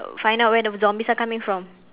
find out where the zombies are coming from